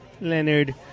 Leonard